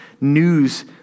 news